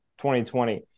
2020